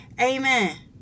Amen